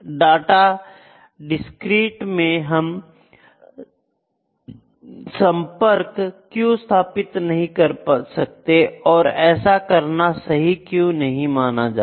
discrete data में हम संपर्क क्यों स्थापित नहीं कर सकते और ऐसा करना सही क्यों नहीं माना जाता